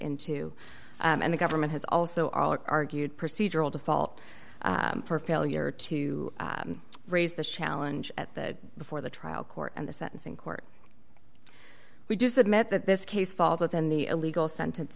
into and the government has also argued procedural default for failure to raise this challenge at the before the trial court and the sentencing court we do submit that this case falls within the a legal sentence